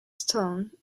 stone